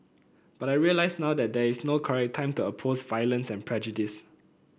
but I realise now that there is no correct time to oppose violence and prejudice